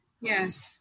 yes